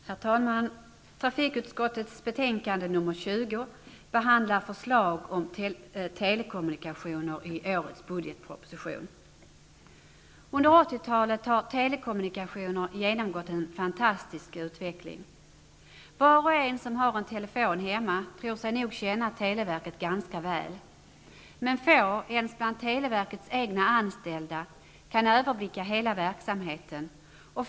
Herr talman! Trafikutskottets betänkande nr 20 behandlar förslag om telekommunikationer i årets budgetproposition. Under 80-talet har telekommunikationer genomgått en fantastisk utveckling. Var och en som har en telefon hemma tror sig nog känna televerket ganska väl. Men få, ens bland televerkets egna anställda, kan överblicka hela verksamheten.